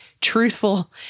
truthful